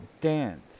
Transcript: dance